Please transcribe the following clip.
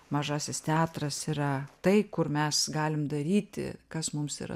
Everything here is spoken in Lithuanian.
mažasis teatras yra tai kur mes galim daryti kas mums yra